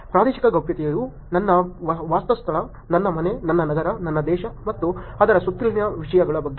ಪ್ರಾದೇಶಿಕ ಗೌಪ್ಯತೆಯು ನನ್ನ ವಾಸಸ್ಥಳ ನನ್ನ ಮನೆ ನನ್ನ ನಗರ ನನ್ನ ದೇಶ ಮತ್ತು ಅದರ ಸುತ್ತಲಿನ ವಿಷಯಗಳ ಬಗ್ಗೆ